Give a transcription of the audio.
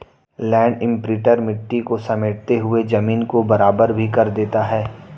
land imprinter मिट्टी को समेटते हुए जमीन को बराबर भी कर देता है